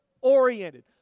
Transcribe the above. oriented